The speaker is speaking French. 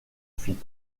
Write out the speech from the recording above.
films